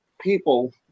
people